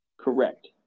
Correct